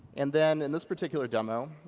and then, in this particular demo,